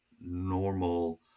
normal